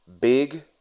big